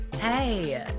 Hey